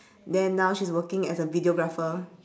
then now she's working as a videographer